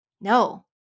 No